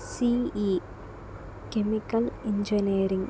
ce chemical engineering